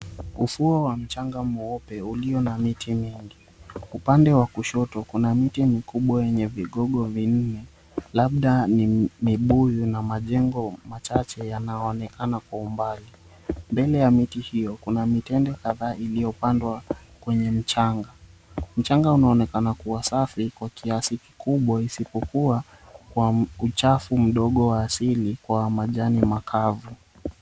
Ufuo wa mchanga mweupe ulio na miti mingi. Upande wa kushoto, kuna miti mikubwa yenye vigogo vinne, labda ni mibuyu, na majengo machache yanayoonekana kwa umbali. Mbele ya miti hiyo kuna mitende kadhaa iliyopandwa kwenye mchanga. Mchanga unaonekana kuwa safi kwa kiasi kikubwa, isipokuwa kwa uchafu mdogo wa asili wa majani makavu.